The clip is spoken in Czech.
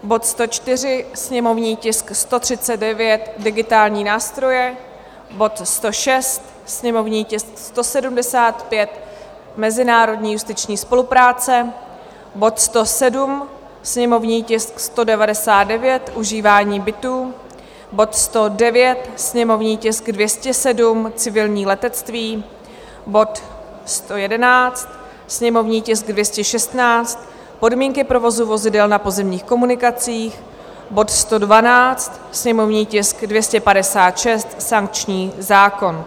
bod 104, sněmovní tisk 139 digitální nástroje; bod 106, sněmovní tisk 175 mezinárodní justiční spolupráce; bod 107, sněmovní tisk 199 užívání bytů; bod 109, sněmovní tisk 207 civilní letectví; bod 111, sněmovní tisk 216 podmínky provozu vozidel na pozemních komunikacích; bod 112, sněmovní tisk 256 sankční zákon.